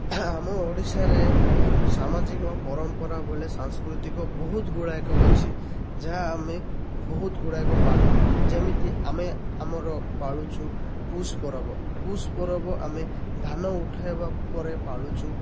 ଆମ ଓଡ଼ିଶାରେ ସାମାଜିକ ଓ ପରମ୍ପରା ବଲେ ସାଂସ୍କୃତିକ ବହୁତ ଗୁଡ଼ାକ ଅଛି ଯାହା ଆମେ ବହୁତ ଗୁଡ଼ାକ ପାଳୁ ଯେମିତି ଆମେ ଆମର ପାଳୁଛୁ ପୁଷ୍ ପରବ ପୁଷ୍ ପରବ ଆମେ ଧାନ ଉଠାଇବା ପରେ ପାଳୁଛୁ